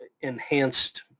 enhanced